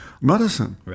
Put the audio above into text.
medicine